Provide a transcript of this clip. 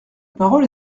parole